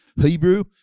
Hebrew